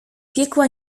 piekła